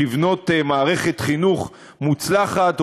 לבנות מערכת חינוך מוצלחת,